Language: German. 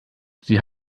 sie